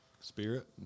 Spirit